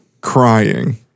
crying